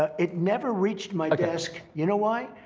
ah it never reached my desk. you know why?